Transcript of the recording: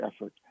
effort